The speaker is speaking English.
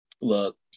Look